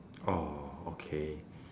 oh okay